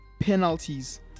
penalties